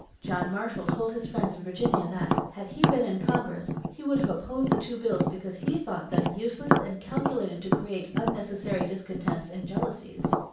john marshall told his friends in virginia that, had he been in congress, he would have opposed the two bills because he thought them useless and calculated to create unnecessary discontents and jealousies.